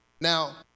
Now